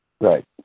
right